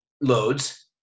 loads